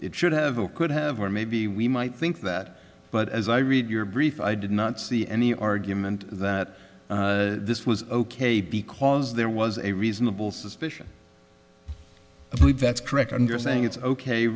it should have or could have or maybe we might think that but as i read your brief i did not see any argument that this was ok because there was a reasonable suspicion i believe that's correct and you're saying it's ok